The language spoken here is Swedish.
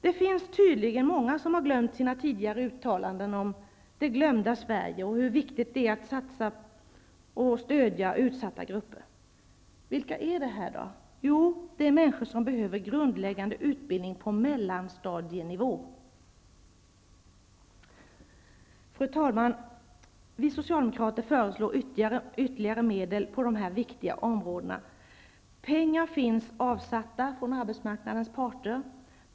Det finns tydligen många som har glömt sina tidigare uttalanden om det glömda Sverige och hur viktigt det är att stödja utsatta grupper. Vilka är det här fråga om? Jo, människor som behöver grundläggande utbildning på mellanstadienivå. Fru talman! Vi socialdemokrater föreslår ytterligare medel på dessa viktiga områden. Pengar finns avsatta från arbetsmarknadens parter.